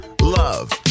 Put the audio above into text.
Love